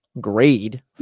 grade